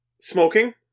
Smoking